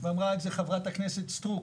ואמרה את זה חברת הכנסת סטרוק,